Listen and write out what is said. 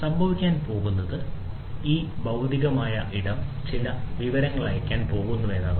സംഭവിക്കാൻ പോകുന്നത് ഈ ഭൌതിക ഇടം ചില വിവരങ്ങൾ അയയ്ക്കാൻ പോകുന്നു എന്നതാണ്